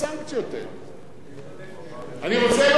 אני רוצה לומר לך ולהזכיר לך מהניסיון האישי שלי,